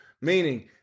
meaning